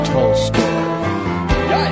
Tolstoy